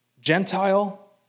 Gentile